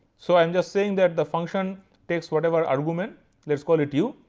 so i am just saying that the function takes whatever argument, let us call it u,